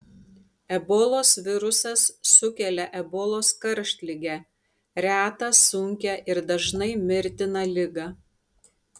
ebolos virusas sukelia ebolos karštligę retą sunkią ir dažnai mirtiną ligą